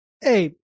hey